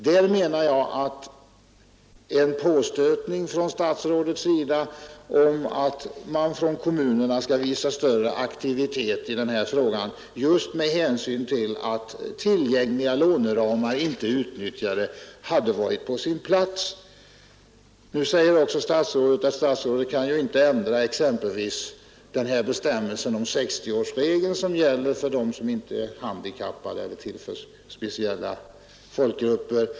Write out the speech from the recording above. Jag menar att en påstötning från statsrådets sida om att kommunerna skall visa större aktivitet i denna fråga just med hänsyn till att tillgängliga låneramar inte är utnyttjade hade varit på sin plats. Statsrådet säger också att han ju inte själv kan ändra exempelvis bestämmelsen om 60-årsregeln som gäller för dem som inte är handikappade eller tillhör speciella folkgrupper.